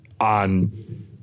on